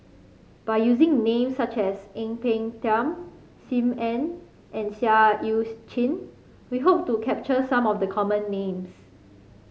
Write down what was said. by using names such as Ang Peng Tiam Sim Ann and Seah Eu Chin we hope to capture some of the common names